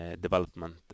development